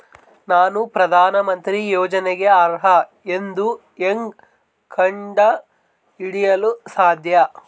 ನಾನು ಪ್ರಧಾನ ಮಂತ್ರಿ ಯೋಜನೆಗೆ ಅರ್ಹ ಎಂದು ಹೆಂಗ್ ಕಂಡ ಹಿಡಿಯಲು ಸಾಧ್ಯ?